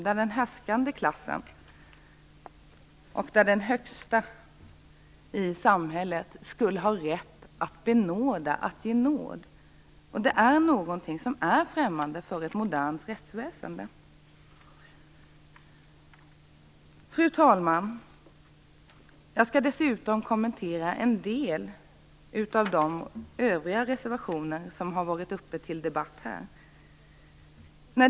Den härskande klassen och den högsta i samhället skulle ha rätt att ge nåd. Detta är något främmande för ett modernt rättsväsende. Fru talman! Jag skall dessutom kommentera en del av de övriga reservationer som varit uppe till debatt här.